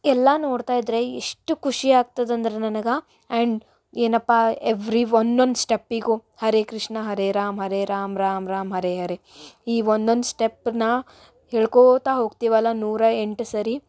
ಎಲ್ಲ ನೋಡ್ತಾ ಇದ್ದರೆ ಎಷ್ಟು ಖುಷಿ ಆಗ್ತದೆ ಅಂದ್ರೆ ನನ್ಗೆ ಆ್ಯಂಡ್ ಏನಪ್ಪ ಎವ್ರಿ ಒಂದೊಂದು ಸ್ಟೆಪ್ಪಿಗೂ ಹರೆ ಕೃಷ್ಣ ಹರೆ ರಾಮ ಹರೆ ರಾಮ ರಾಮ ರಾಮ ಹರೆ ಹರೆ ಈ ಒಂದೊಂದು ಸ್ಟೆಪ್ನಾ ಹೇಳ್ಕೋತಾ ಹೋಗ್ತೀವಲ್ಲ ನೂರ ಎಂಟು ಸರ್ತಿ